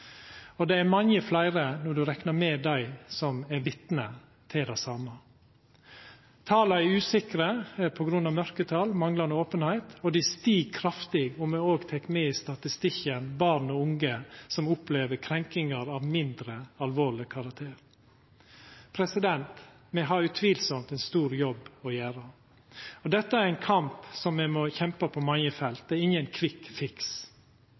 og det er mange fleire når du reknar med dei som er vitne til det same. Tala er usikre på grunn av mørketall og manglande openheit, og dei stig kraftig om me òg tek med i statistikken barn og unge som opplever krenkingar av mindre alvorleg karakter. Me har utvilsamt ein stor jobb å gjera, og dette er ein kamp som me må kjempa på mange felt. Det er ingen